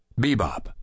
Bebop